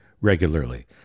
regularly